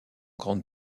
grande